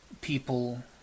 people